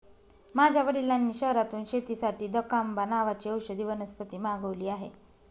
माझ्या वडिलांनी शहरातून शेतीसाठी दकांबा नावाची औषधी वनस्पती मागवली आहे